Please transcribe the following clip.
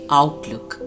outlook